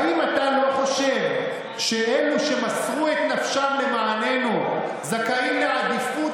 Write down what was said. האם אתה לא חושב שאלו שמסרו את נפשם למעננו זכאים לעדיפות,